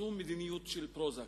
זו מדיניות של "פרוזאק".